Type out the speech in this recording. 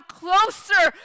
closer